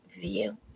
view